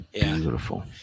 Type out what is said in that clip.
beautiful